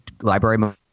library